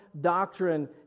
doctrine